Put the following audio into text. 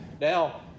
Now